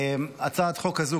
הצעת החוק הזו,